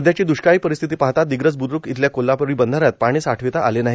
सध्याची द्ष्काळी परिस्थिती पाहता दिग्रस ब्द्रूक इथल्या कोल्हापूरी बंधाऱ्यात पाणी साठविता आले नाही